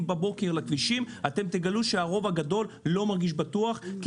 בבוקר לכבישים אתם תגלו שהרוב הגדול לא מרגישים בטוח כי